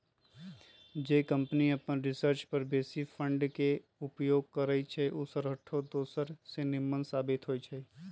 जे कंपनी अप्पन रिसर्च पर बेशी फंड के उपयोग करइ छइ उ हरसठ्ठो दोसर से निम्मन साबित होइ छइ